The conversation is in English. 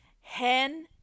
Hen